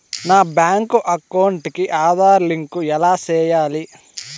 నా bank account కి Aadhaar link ఎలా సేయాలి